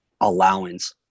allowance